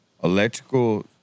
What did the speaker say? Electrical